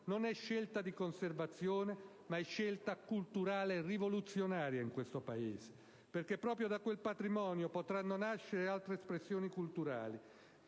non è scelta di conservazione, ma è scelta culturale rivoluzionaria in questo Paese. Perché proprio da quel patrimonio potranno nascere altre espressioni culturali,